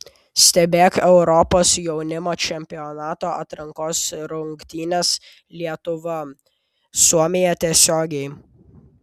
stebėk europos jaunimo čempionato atrankos rungtynes lietuva suomija tiesiogiai